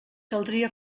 caldria